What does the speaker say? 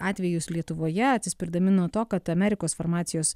atvejus lietuvoje atsispirdami nuo to kad amerikos farmacijos